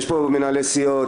יש פה מנהלי סיעות,